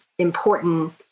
important